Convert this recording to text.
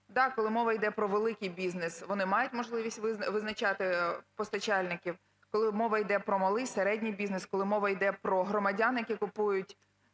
коли мова йде про великий бізнес, вони мають можливість визначати постачальників, коли мова йде про малий і середній бізнес, коли мова йде про громадян, які купують